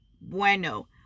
bueno